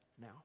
now